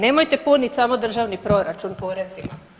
Nemojte puniti samo državni proračun porezima.